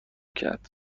کرد